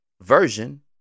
version